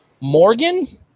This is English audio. Morgan